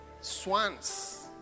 swans